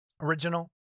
Original